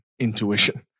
intuition